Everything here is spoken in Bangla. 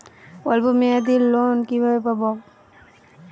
অল্প মেয়াদি লোন কিভাবে পাব?